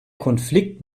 konflikt